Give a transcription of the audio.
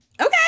Okay